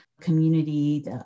community